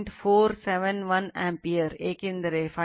471 ampere ಏಕೆಂದರೆ Φ0 70